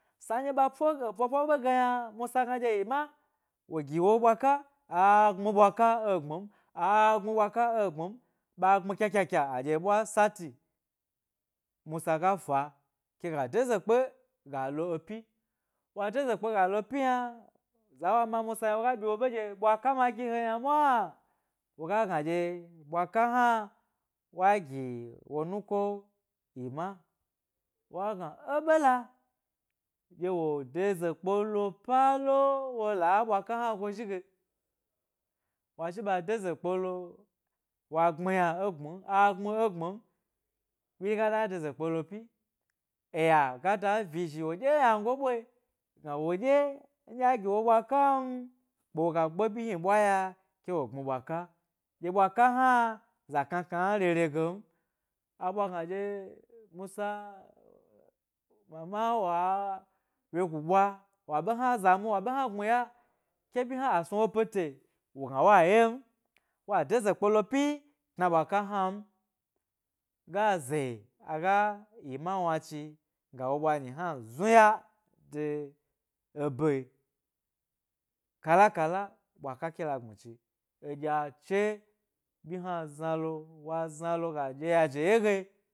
Sa nɗye ɓa po ebo bwa ɓe ge yna, musa gna emma wo gi wo bwa ka agbmi ɓwa ka e gbmin a gbmi ɓwa ka egbmi n, ɓa gbmi kya kya kya aɗye e bwa satė musa ga fa ke ga deze kpe ga lo epyi eo de ze kpe ga lo pyi yna za wo, musa yna woga byi wo ɓe dye. Bwaka ma gi he yna mwa? Woga gna dye ɓwa ka hna ɗye wa gi wo nuko emma w ga gna e be ha ɗye wo de ze kpe wo lo palho wala ɓwa ka hna go zhi ge wa zhi ɓe deze kpe lo wa gbmi yna egbm m a gbmi yna egbmi m ɓyini gala deze kpe lo pyi eyya gada vi zhi wo dye yanango ɓwayi gna woɗye nɗye a gi wo ɓwa kan kpe woga gbe ɓyi hni ɓwa ya kewo gbmi ɓwaka, ɗye ɓwa ka hna za kna kna yere gem abwa hna ɗye musa mama wa wyoju ɓwa wa ɓe hna za mu, wa ɓe hna gbmi ka a snuwo pete wo gna wa yem wa deze lo pyi tna ɓwa ka hnan ga ze aga emma wona chi ga wo ɓwanyi hna znuya de ebe kala kala ɓwaka ke la gbmi chi eɗjya che ɓyi hna zna lo, wa zna lo ga ɗye yeije ye ge.